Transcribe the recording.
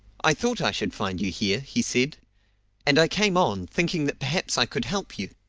i thought i should find you here, he said and i came on, thinking that perhaps i could help you.